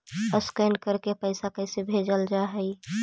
Scan करके पैसा कैसे भेजल जा हइ?